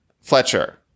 Fletcher